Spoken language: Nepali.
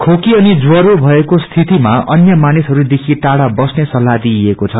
खेकी अनि ज्वरो भएको स्थितिमा अन्य मानिसहरूसित टाइा बस्ने सल्लाह दिइएको छ